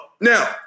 Now